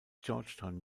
georgetown